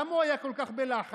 למה הוא היה כל כך בלחץ?